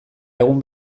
egun